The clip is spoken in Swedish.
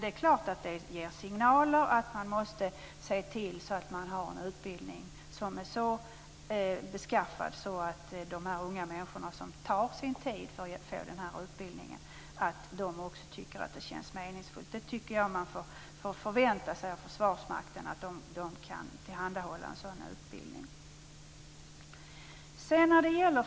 Detta ger dock självfallet signaler om att man måste se till att ha en utbildning som är så beskaffad att de unga människor som tar av sin tid för att få utbildningen också tycker att den känns meningsfull. Jag tycker att man skall kunna förvänta sig av Försvarsmakten att den kan tillhandahålla en sådan utbildning.